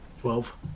Twelve